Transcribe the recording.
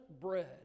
bread